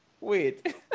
wait